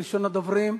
ראשון הדוברים,